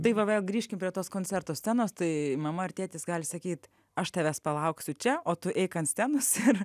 tai va vėl grįžkim prie tos koncerto scenos tai mama ar tėtis gali sakyt aš tavęs palauksiu čia o tu eik ant scenos ir